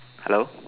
hello